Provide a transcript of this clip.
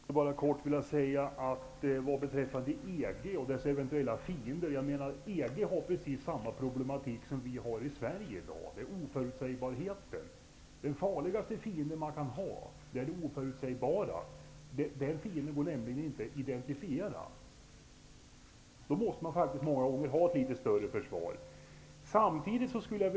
Herr talman! Helt kort skulle jag vilja beröra EG och EG:s eventuella fiender. EG har i dag precis samma problem som Sverige, nämligen oförutsägbarheten. Den farligaste fiende som man kan ha är det oförutsägbara, eftersom den inte går att identifiera. Man måste därför ha ett något större försvar.